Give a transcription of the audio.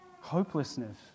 Hopelessness